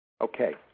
Okay